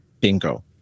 Bingo